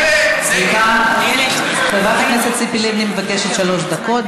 סליחה, חברת הכנסת ציפי לבני מבקשת שלוש דקות.